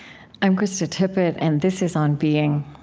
i'm krista tippett, and this is on being.